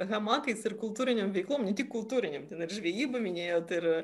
hamakais ir kultūrinėm veiklom ne tik kultūrinėm ten ir žvejybą minėjot ir